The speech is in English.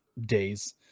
days